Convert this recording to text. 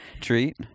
treat